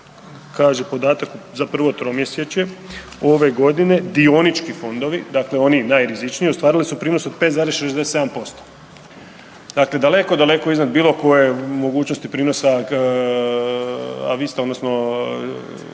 kaže podataka za prvo tromjesečje ove godine dionički fondovi dakle oni najrizičniji ostvarili su prinos od 5,67%, dakle daleko, daleko iznad bilo koje mogućnosti prinosa, a vi ste odnosno